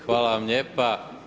Hvala vam lijepa.